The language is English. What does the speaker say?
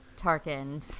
Tarkin